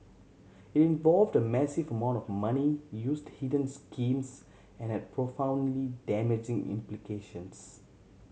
involved a massive amount of money used hidden schemes and had profoundly damaging implications